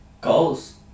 Goals